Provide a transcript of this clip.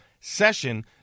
Session